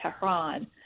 Tehran